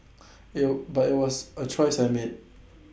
it'll by was A choice I made